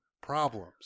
Problems